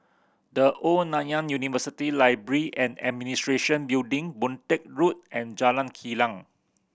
The Old Nanyang University Library and Administration Building Boon Teck Road and Jalan Kilang